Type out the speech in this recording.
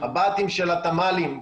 הבה"תים של התמ"לים,